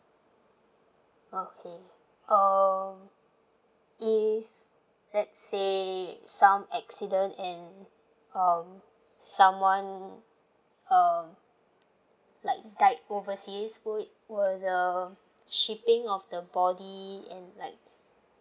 okay um if let's say some accident and um someone uh like died overseas would will the shipping of the body and like